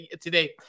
today